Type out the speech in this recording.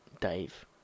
Dave